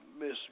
miss